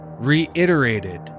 reiterated